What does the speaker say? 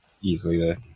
easily